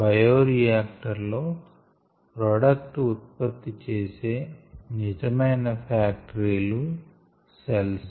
bioreactor లో product ఉత్పత్తి చేసే నిజమైన ఫాక్టరీలు సెల్స్